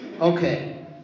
okay